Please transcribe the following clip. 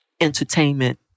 entertainment